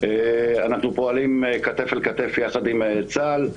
אנחנו פועלים כתף אל כתף יחד עם צה"ל.